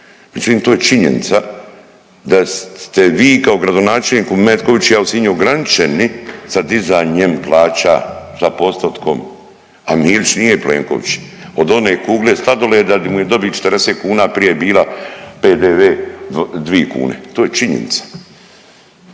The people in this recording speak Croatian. to je činjenica da ste vi kao gradonačelnik u Metkoviću, ja u Sinju ograničeni sa dizanjem plaća sa postotkom, a Milić nije Plenković. Od one kugle sladoleda di mu je dobit 40 kuna prije bila PDV dvi kune to je činjenica,